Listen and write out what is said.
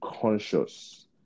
conscious